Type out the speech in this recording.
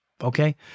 Okay